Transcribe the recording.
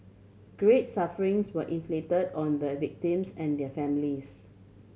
great sufferings were inflict on the a victims and their families